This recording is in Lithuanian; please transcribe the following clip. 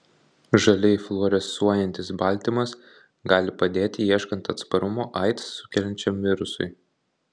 žaliai fluorescuojantis baltymas gali padėti ieškant atsparumo aids sukeliančiam virusui